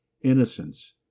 innocence